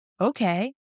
okay